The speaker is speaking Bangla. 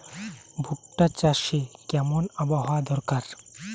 ভুট্টা চাষে কেমন আবহাওয়া দরকার?